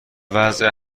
وضع